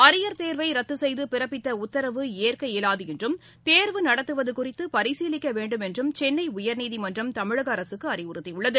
arrear தேர்வை ரத்து செய்து பிறப்பித்த உத்தரவு ஏற்க இயலாது என்றும் தேர்வு நடத்துவது குறித்து பரிசீலிக்க வேண்டும் என்றும் சென்னை உயர்நீதிமன்றம் தமிழக அரசுக்கு அறிவுறுத்தியுள்ளது